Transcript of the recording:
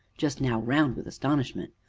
just now round with astonishment.